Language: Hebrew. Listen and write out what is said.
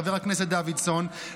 חבר הכנסת דוידסון,